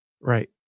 Right